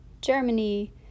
Germany